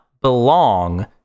belong